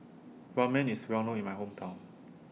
Ramen IS Well known in My Hometown